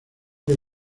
que